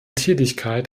tätigkeit